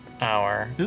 hour